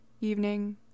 evening